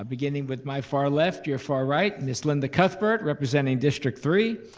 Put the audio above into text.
beginning with my far left, your far right, miss linda cuthbert, representing district three.